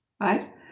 right